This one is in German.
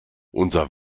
unser